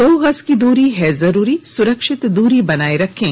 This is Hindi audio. दो गज की दूरी है जरूरी सुरक्षित दूरी बनाए रखें